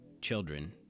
children